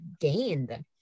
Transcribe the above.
gained